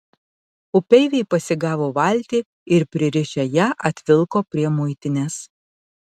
upeiviai pasigavo valtį ir pririšę ją atvilko prie muitinės